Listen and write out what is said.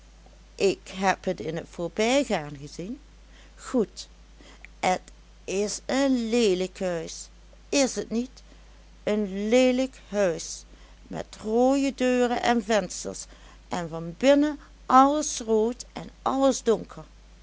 ik heb het in t voorbijgaan gezien goed et is een leelijk huis is et niet een leelijk huis met rooie deuren en vensters en van binnen alles rood en alles donker